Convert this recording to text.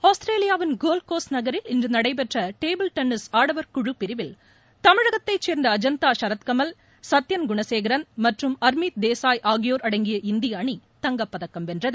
ஆஸ்திரேலியாவின் Gold Coast நகரில் இன்று நடைபெற்ற டேபிள் டென்னிஸ் ஆடவர் குழு பிரிவில் தமிழகத்தைச் சேர்ந்த அஜந்தா சரத்கமல் சத்யன் குணசேகரன் மற்றும் அர்மீத் தேசாய் ஆகியோர் அடங்கிய இந்திய அணி தங்கப் பதக்கம் வென்றது